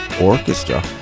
Orchestra